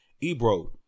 Ebro